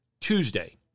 Tuesday